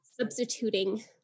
substituting